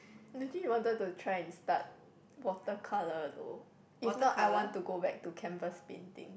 actually wanted to try and start water colour though if not I want to go back to canvas painting